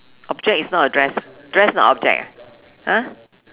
object is not a dress dress not object ah !huh!